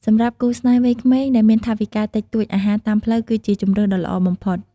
សម្រាប់គូស្នេហ៍វ័យក្មេងដែលមានថវិកាតិចតួច អាហារតាមផ្លូវគឺជាជម្រើសដ៏ល្អបំផុត។